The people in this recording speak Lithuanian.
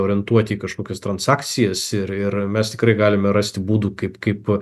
orientuoti į kažkokias transakcijas ir ir mes tikrai galime rasti būdų kaip kaip